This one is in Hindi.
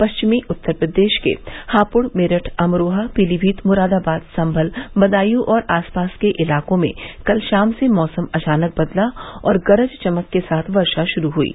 पश्चिमी उत्तर प्रदेश के हापुड़ मेरठ अमरोहा पीलीभीत मुरादाबाद संभल बदायूं और आसपास के इलाकों में कल शाम से मौसम अचानक बदला और गरज चमक के साथ वर्षा शुरू हो गयी